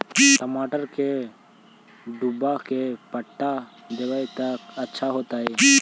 टमाटर के डुबा के पटा देबै त अच्छा होतई?